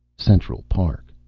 central park.